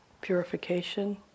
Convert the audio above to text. Purification